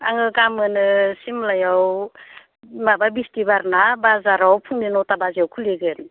आङो गाबोनो सिमलायाव माबा बिसथिबारना बाजाराव फुंनि नथा बाजियाव खुलिगोन